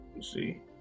See